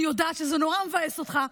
אני יודעת שזה נורא מבאס אותך,